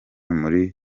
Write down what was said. muri